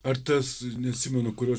ar tas neatsimenu kur aš